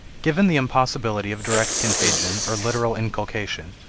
given the impossibility of direct contagion or literal inculcation,